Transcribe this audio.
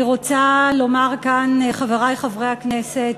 אני רוצה לומר כאן, חברי חברי הכנסת,